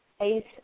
Ace